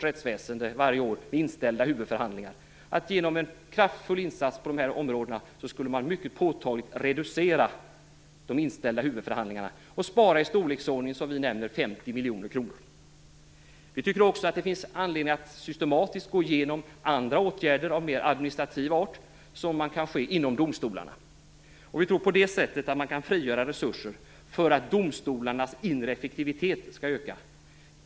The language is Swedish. När vi ser de siffror som RRV redovisar, tror vi att vi genom en kraftfull insats på dessa områden påtagligt skulle kunna reducera de inställda huvudförhandlingarna och spara ca 50 miljoner kronor. Vi tycker också att det finns anledning att systematiskt gå igenom andra åtgärder av mer administrativ art som man kan göra inom domstolarna. Vi tror att man på det sättet kan frigöra resurser för att domstolarnas inre effektivitet skall öka.